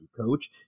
coach